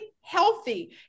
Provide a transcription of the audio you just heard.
healthy